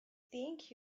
think